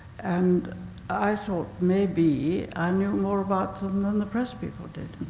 and i thought maybe i knew more about them than the press people did.